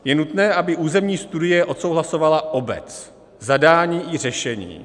Je nutné, aby územní studie odsouhlasovala obec, zadání i řešení.